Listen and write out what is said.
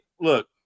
look